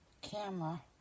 camera